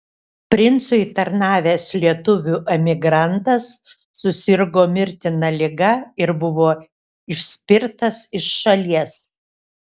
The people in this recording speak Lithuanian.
princui tarnavęs lietuvių emigrantas susirgo mirtina liga ir buvo išspirtas iš šalies